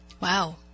Wow